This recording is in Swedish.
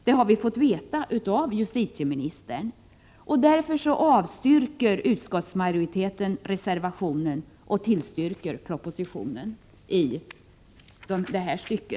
Det har vi fått veta av justitieministern. Därför avstyrker utskottsmajoriteten reservationen och tillstyrker propositionen i detta stycke.